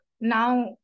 now